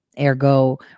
ergo